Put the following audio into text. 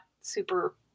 super –